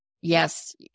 yes